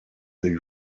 they